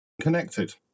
Connected